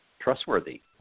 trustworthy